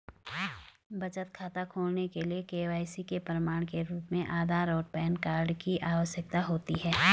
बचत खाता खोलने के लिए के.वाई.सी के प्रमाण के रूप में आधार और पैन कार्ड की आवश्यकता होती है